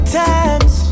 times